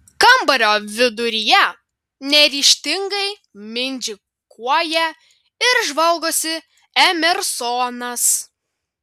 kambario viduryje neryžtingai mindžikuoja ir žvalgosi emersonas